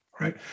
Right